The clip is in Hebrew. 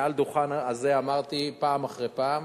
מעל הדוכן הזה אמרתי פעם אחר פעם,